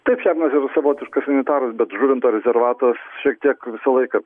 taip šernas yra savotiškas sanitaras bet žuvinto rezervatas šitiek visą laiką